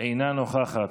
אינה נוכחת.